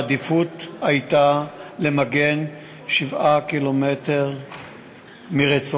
העדיפות הייתה למגן בטווח של 7 קילומטרים מרצועת-עזה,